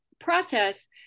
process